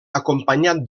acompanyat